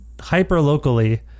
hyper-locally